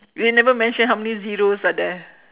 you never mention how many zeros are there